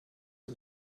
and